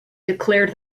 declared